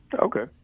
Okay